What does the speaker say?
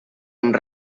amb